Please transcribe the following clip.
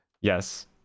Yes